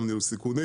גם ניהול סיכונים.